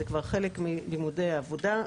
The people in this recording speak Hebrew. זה כבר חלק מלימודי העבודה,